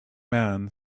man